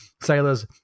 sailors